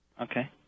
Okay